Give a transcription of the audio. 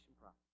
process